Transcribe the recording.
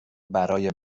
برای